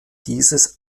dieses